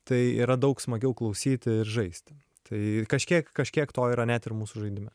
tai yra daug smagiau klausyt ir žaisti tai kažkiek kažkiek to yra net ir mūsų žaidime